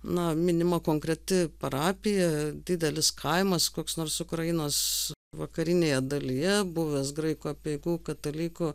na minima konkreti parapija didelis kaimas koks nors ukrainos vakarinėje dalyje buvęs graikų apeigų katalikų